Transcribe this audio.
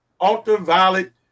ultraviolet